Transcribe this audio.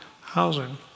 housing